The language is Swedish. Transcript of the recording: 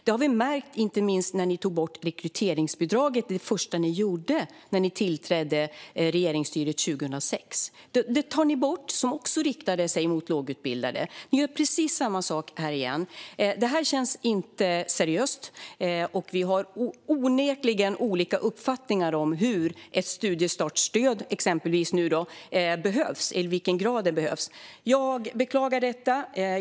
Det märkte vi inte minst när det första ni gjorde när ni tillträdde som regering 2006 var att ta bort rekryteringsbidraget. Det bidraget riktade sig också till lågutbildade, men det tog ni bort. Ni gör precis samma sak här igen. Det här känns inte seriöst. Vi har onekligen olika uppfattningar om i vilken grad ett studiestartsstöd behövs. Jag beklagar detta.